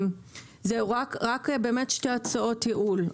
שתי הצעות ייעול.